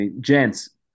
Gents